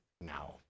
now